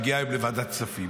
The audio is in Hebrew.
מגיעה היום לוועדת הכספים